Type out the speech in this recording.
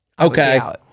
Okay